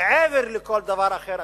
מעבר לכל דבר אחר,